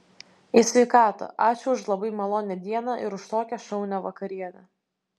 į sveikatą ačiū už labai malonią dieną ir už tokią šaunią vakarienę